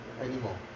anymore